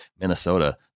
Minnesota